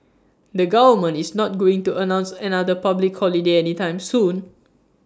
the government is not going to announce another public holiday anytime soon